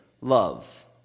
love